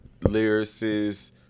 lyricist